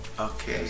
Okay